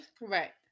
Right